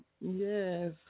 yes